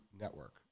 network